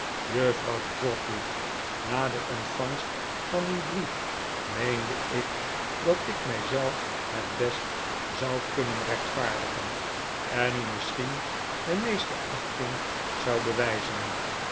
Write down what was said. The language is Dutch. juffrouw trotwood na de ontvangst van uw brief meende ik dat ik mij zelf het best zou kunnen rechtvaardigen en u misschien de meeste achting zou bewijzen